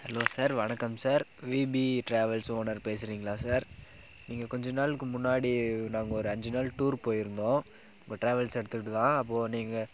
hello sir வணக்கம் sir VP travels owner பேசுறீங்களா sir நீங்கள் கொஞ்சம் நாளுக்கு முன்னாடி நாங்கள் ஒரு அஞ்சு நாள் டூர் போயிருந்தோம் உங்கள் டிராவல்ஸ் எடுத்துக்கிட்டு தான் அப்போ நீங்கள்